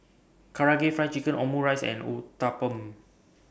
Karaage Fried Chicken Omurice and Uthapam